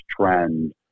trend